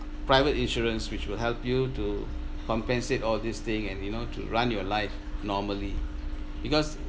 private insurance which will help you to compensate all this thing and you know to run your life normally because